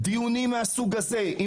דיונים מהסוג הזה,